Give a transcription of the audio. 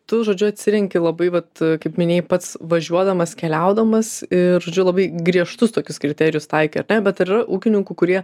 tu žodžiu atsirenki labai vat kaip minėjai pats važiuodamas keliaudamas ir labai griežtus tokius kriterijus taikai ar ne bet ar yra ūkininkų kurie